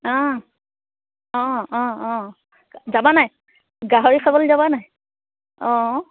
অঁ অঁ যাবা নাই গাহৰি খাবলৈ যাবা নাই অঁ